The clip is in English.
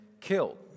killed